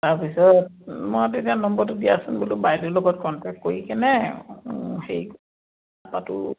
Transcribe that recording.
তাৰপিছত মই তেতিয়া নম্বৰটো দিয়াচোন বোলো বাইদেউৰ লগত কণ্টেক্ট কৰি কেনে সেই কথাটো